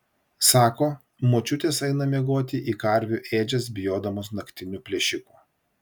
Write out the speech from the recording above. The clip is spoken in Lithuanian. sako močiutės eina miegoti į karvių ėdžias bijodamos naktinių plėšikų